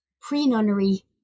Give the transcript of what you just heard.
pre-nunnery